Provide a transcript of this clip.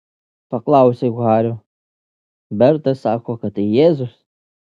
paklausiau hario berta sako kad tai jėzus